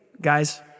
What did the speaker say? Guys